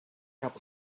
cup